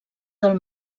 del